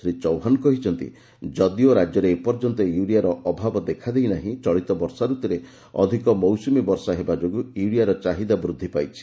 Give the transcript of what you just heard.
ଶ୍ରୀ ଚୌହାନ୍ କହିଛନ୍ତି ଯଦିଓ ରାଜ୍ୟରେ ଏ ପର୍ଯ୍ୟନ୍ତ ୟୁରିଆର ଅଭାବ ଦେଖା ଦେଇନାହିଁ ଚଳିତ ବର୍ଷା ରତୁରେ ଅଧିକ ମୌସୁମୀ ବର୍ଷା ହେବା ଯୋଗୁଁ ୟୁରିଆର ଚାହିଦା ବୃଦ୍ଧି ପାଇଛି